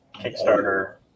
Kickstarter